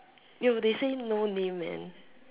yo they say no name man